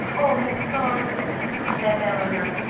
oh, miss thorne said eleanor,